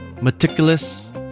meticulous